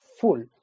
full